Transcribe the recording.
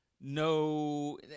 no